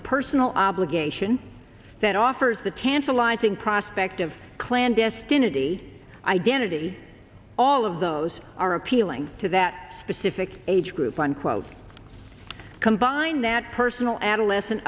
a personal obligation that offers the tantalizing prospect of clandestine a d identity all of those are appealing to that specific age group unquote combine that personal adolescent